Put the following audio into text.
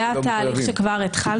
זה התהליך שכבר התחלנו.